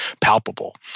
palpable